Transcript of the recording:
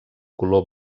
color